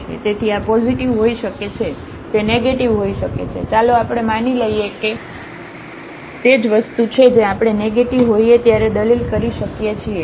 તેથી O positive હોઈ શકે છે તે નેગેટીવ હોઈ શકે છે ચાલો આપણે માની લઈએ કે ઓ તે જ વસ્તુ છે જે આપણે નેગેટીવ હોઈએ ત્યારે દલીલ કરી શકીએ છીએ